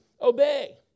obey